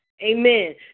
Amen